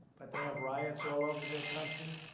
but they have riots all over their country.